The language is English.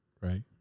Right